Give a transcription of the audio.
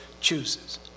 chooses